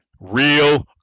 Real